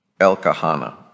Elkahana